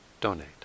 donate